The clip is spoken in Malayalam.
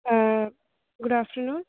ആ ഗുഡ് ആഫ്റ്റർനൂൺ